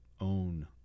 own